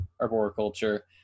arboriculture